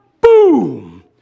Boom